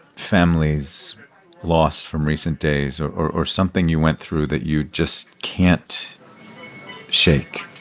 family's lost from recent days or or something you went through that you just can't shake?